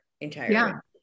entire